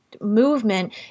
movement